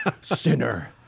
sinner